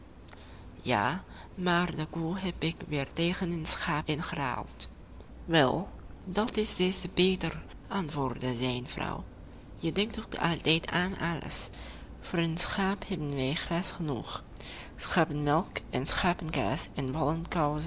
ja maar de koe heb ik weer tegen een schaap ingeruild wel dat is des te beter antwoordde zijn vrouw je denkt ook altijd aan alles voor een schaap hebben wij gras genoeg schapenmelk en schapenkaas en